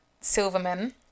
Silverman